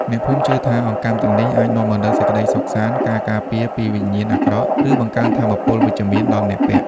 អ្នកភូមិជឿថាអង្កាំទាំងនេះអាចនាំមកនូវសេចក្តីសុខសាន្ត ការការពារពីវិញ្ញាណអាក្រក់ ឬបង្កើនថាមពពលវិជ្ជមានដល់អ្នកពាក់។